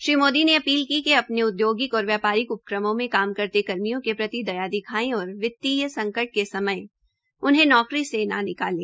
श्री मोदी ने अपील की कि अपने औदयोगिक और व्यापारिक उपक्रमों में काम करते कर्मियों के प्रति दया दिखाये और वित्तीय संकट के समय उन्हें नौकरी से न निकाले